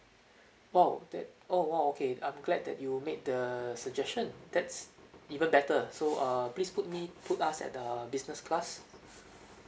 oh that oh !wow! okay I'm glad that you made the suggestion that's even better so err please put me put us at the business class